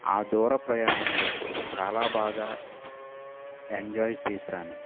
ఆ దూర ప్రయాణంలో చాలా బాగా ఎంజాయ్ చేశాను